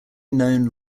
known